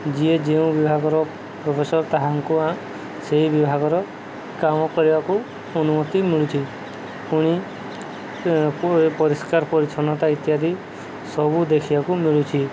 ଯିଏ ଯେଉଁ ବିଭାଗର ପ୍ରଫେସର ତାଙ୍କୁ ସେହି ବିଭାଗର କାମ କରିବାକୁ ଅନୁମତି ମିଳୁଛିି ପୁଣି ପରିଷ୍କାର ପରିଚ୍ଛନ୍ନତା ଇତ୍ୟାଦି ସବୁ ଦେଖିବାକୁ ମିଳୁଛି